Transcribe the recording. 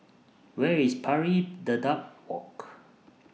Where IS Pari Dedap Walk